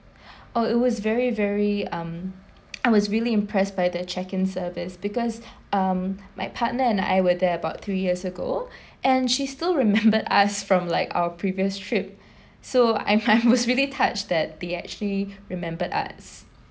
oh it was very very um I was really impressed by the check in service because um my partner and I were there about three years ago and she still remembered us from like our previous trip so I'm I was really touched that they actually remembered us